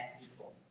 people